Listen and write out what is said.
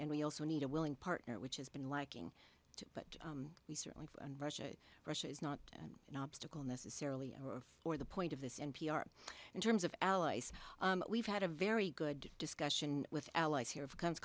and we also need a willing partner which has been lacking but we certainly and russia russia is not an obstacle necessarily or the point of this n p r in terms of allies we've had a very good discussion with allies here of comes